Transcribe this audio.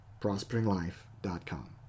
prosperinglife.com